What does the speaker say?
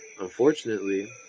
unfortunately